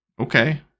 Okay